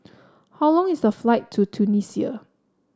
how long is the flight to Tunisia